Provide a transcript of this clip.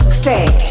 stay